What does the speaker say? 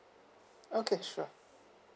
okay sure